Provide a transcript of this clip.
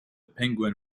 penguin